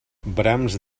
brams